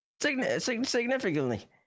Significantly